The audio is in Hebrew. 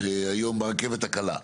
היום ברכבת הקלה,